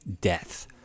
death